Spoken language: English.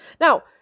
Now